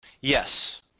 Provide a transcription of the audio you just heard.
Yes